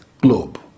globe